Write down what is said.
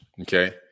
Okay